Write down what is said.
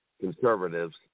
conservatives